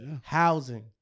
housing